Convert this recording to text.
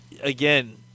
again